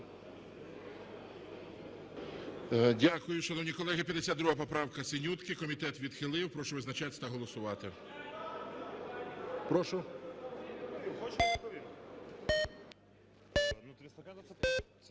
Дякую, шановні колеги. 52 поправка Синютки. Комітет відхилив. Прошу визначатися та голосувати. Прошу.